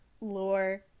Lore